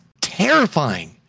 terrifying